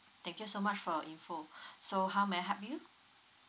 thank you so much for your info so how may I help you